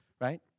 right